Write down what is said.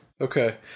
Okay